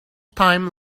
time